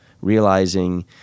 realizing